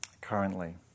currently